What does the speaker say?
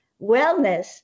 wellness